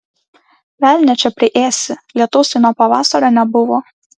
velnią čia priėsi lietaus tai nuo pavasario nebuvo